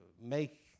make